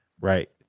right